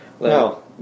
No